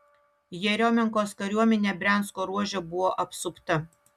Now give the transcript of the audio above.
jeriomenkos kariuomenė briansko ruože buvo apsupta